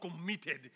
committed